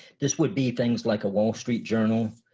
this would be things like a wall street journal,